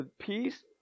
peace